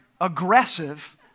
aggressive